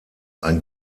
ein